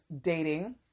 dating